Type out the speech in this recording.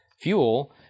fuel